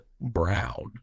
brown